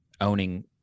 owning